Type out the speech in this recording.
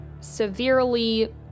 severely